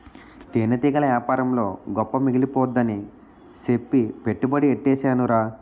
తేనెటీగల యేపారంలో గొప్ప మిగిలిపోద్దని సెప్పి పెట్టుబడి యెట్టీసేనురా